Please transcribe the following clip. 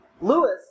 Lewis